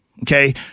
Okay